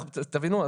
תבינו,